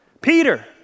Peter